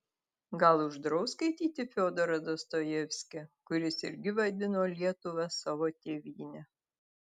gal uždraus skaityti fiodorą dostojevskį kuris irgi vadino lietuvą savo tėvyne